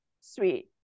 sweet